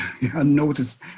unnoticed